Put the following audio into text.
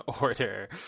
order